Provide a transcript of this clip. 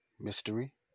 Mystery